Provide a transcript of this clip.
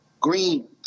green